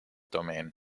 domain